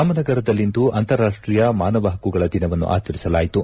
ರಾಮನಗರದಲ್ಲಿಂದು ಅಂತಾರಾಷ್ಟೀಯ ಮಾನವ ಪಕ್ಕುಗಳ ದಿನವನ್ನು ಆಚರಿಸಲಾಯಿತು